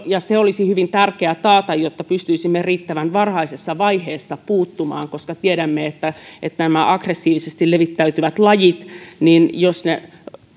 ja se olisi hyvin tärkeää taata jotta pystyisimme riittävän varhaisessa vaiheessa puuttumaan koska tiedämme että jos nämä aggressiivisesti levittäytyvät lajit